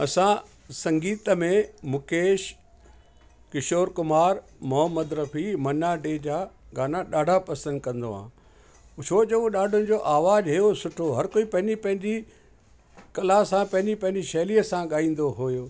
असां संगीत में मुकेश किशोर कुमार मोहम्मद रफी मन्ना डे जा गाना ॾाढा पसंदि कंदो हा छो जो ॾाढनि जो आवाज़ अहिड़ो सुठो हर कोई पंहिंजे पंहिंजी कला सां पंहिंजी पंहिंजी शैलीअ सां ॻाईंदो हुयो